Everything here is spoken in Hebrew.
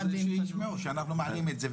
שישמעו שאנחנו מעלים את זה,